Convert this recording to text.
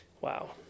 Wow